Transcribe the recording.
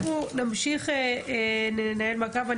אנחנו נמשיך לנהל מעקב.